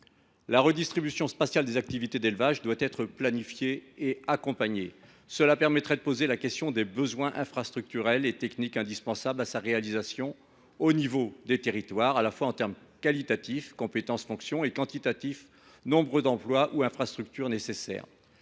La redistribution spatiale des activités d’élevage doit être planifiée et accompagnée. Cela permettrait de poser la question des besoins infrastructurels et techniques indispensables à sa réalisation au niveau des territoires, à la fois en termes qualitatifs – compétences, fonctions – et quantitatifs – nombre d’emplois ou d’infrastructures nécessaires.